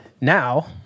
now